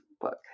book